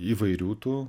įvairių tų